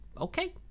okay